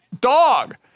dog